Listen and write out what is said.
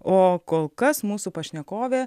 o kol kas mūsų pašnekovė